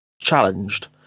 challenged